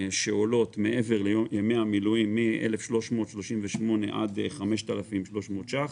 שעולות מעבר לימי מילואים מ-1,338 עד 5,300 ש"ח,